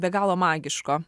be galo magiško